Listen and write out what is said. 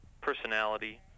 personality